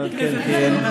שלהסתפק,